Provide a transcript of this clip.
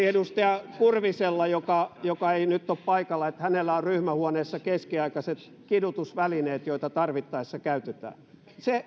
edustaja kurvisella joka joka ei nyt ole paikalla on ryhmähuoneessa keskiaikaiset kidutusvälineet joita tarvittaessa käytetään se